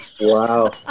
Wow